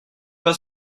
pas